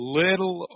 little